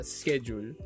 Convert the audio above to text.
schedule